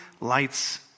lights